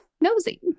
nosy